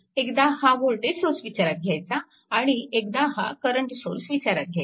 एकदा हा voltage source विचारात घ्यायचा आणि एकदा हा करंट सोर्स विचारात घ्यायचा